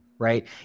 Right